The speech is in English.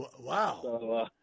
Wow